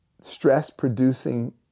stress-producing